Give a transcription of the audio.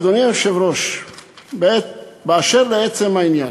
אדוני היושב-ראש, באשר לעצם העניין,